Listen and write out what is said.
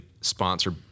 sponsor